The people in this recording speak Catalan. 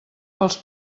pels